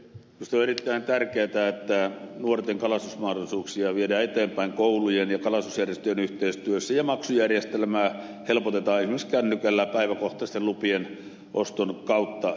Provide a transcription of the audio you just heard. minusta on erittäin tärkeätä että nuorten kalastusmahdollisuuksia viedään eteenpäin koulujen ja kalastusjärjestöjen yhteistyössä ja maksujärjestelmää helpotetaan esimerkiksi kännykällä päiväkohtaisten lupien oston kautta